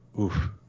oof